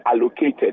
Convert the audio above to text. allocated